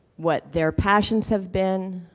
what their passions have been,